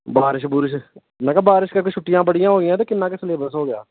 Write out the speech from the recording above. ਬਾਰਿਸ਼ ਬੁਰਿਸ਼ ਮੈਂ ਕਿਹਾ ਬਾਰਿਸ਼ ਕਰਕੇ ਛੁੱਟੀਆਂ ਬੜੀਆਂ ਹੋ ਗਈਆਂ ਤੇ ਕਿੰਨਾ ਕੁ ਸਿਲੇਬਸ ਹੋ ਗਿਆ